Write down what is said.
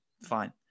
fine